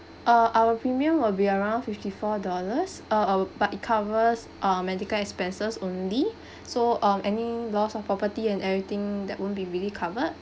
err our premium will be around fifty four dollars err oh but it covers uh medical expenses only so um any loss of property and everything that won't be really covered